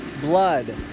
blood